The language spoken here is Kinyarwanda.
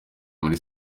muri